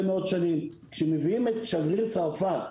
כשמביאים את שגריר צרפת,